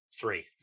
three